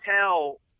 tell